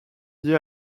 lié